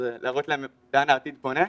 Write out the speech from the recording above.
ולהראות להם לאן העתיד פונה,